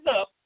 up